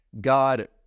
God